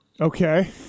Okay